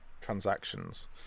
transactions